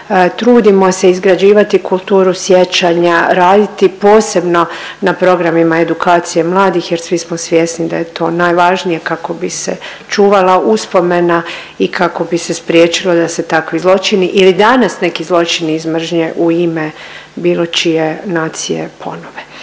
trudimo se izgrađivati kulturu sjećanja, raditi posebno na programima edukacije mladih jer svi smo svjesni da je to najvažnije kako bi se čuvala uspomena i kako bi se spriječilo da se takvi zločini ili danas neki zločini iz mržnje u ime bilo čije nacije ponove.